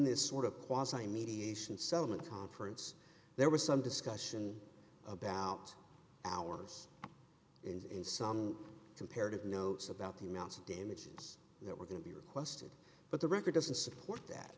this sort of quasi mediation settlement conference there was some discussion about hours in some comparative notes about the amount of damages that were going to be requested but the record doesn't support that